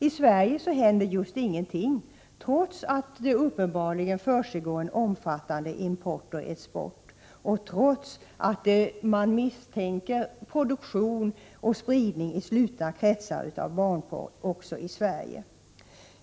I Sverige händer ingenting trots att det uppenbarligen försiggår en omfattande import och export och trots att man misstänker att produktion och spridning av barnpornografi sker i slutna kretsar även här.